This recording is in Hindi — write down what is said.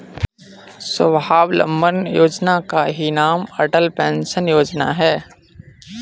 स्वावलंबन योजना का ही नाम अटल पेंशन योजना है